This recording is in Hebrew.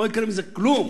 לא יקרה מזה כלום.